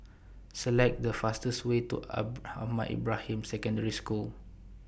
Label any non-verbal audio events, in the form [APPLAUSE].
Select The fastest Way to [UNINTELLIGIBLE] Ahmad Ibrahim Secondary School